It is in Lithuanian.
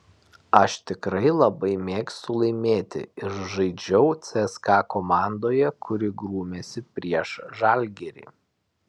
aš tikrai labai mėgstu laimėti ir žaidžiau cska komandoje kuri grūmėsi prieš žalgirį